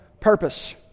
purpose